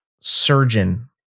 surgeon